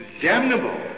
damnable